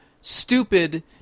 stupid